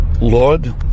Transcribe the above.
Lord